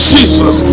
Jesus